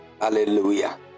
Hallelujah